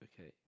okay